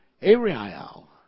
Ariel